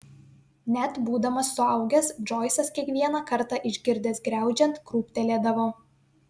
net būdamas suaugęs džoisas kiekvieną kartą išgirdęs griaudžiant krūptelėdavo